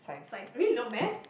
science really not math